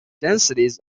densities